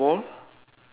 ah yes correct